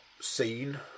seen